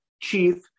chief